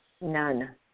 None